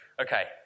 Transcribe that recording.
Okay